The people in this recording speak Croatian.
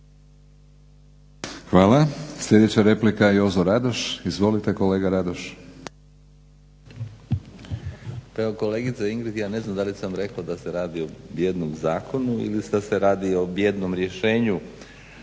Hvala. Sljedeća replika Jozo Radoš. Izvolite kolega Radoš. **Radoš, Jozo (HNS)** Pa evo kolegice Ingrid ja ne znam da li sam rekao da se radi o jednom zakonu ili da se radi o jednom rješenju,